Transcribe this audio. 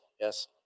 Yes